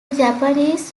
japanese